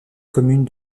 commune